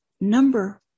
number